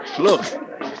Look